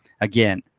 again